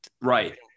right